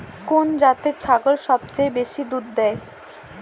কোন জাতের ছাগল সবচেয়ে বেশি দুধ দেয়?